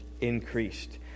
increased